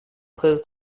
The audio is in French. treize